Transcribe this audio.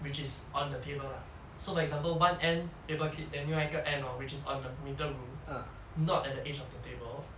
which is on the table lah so like example one end paper clip then 另外一个 end hor which is on the metre rule not at the edge of the table